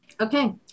Okay